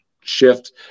shift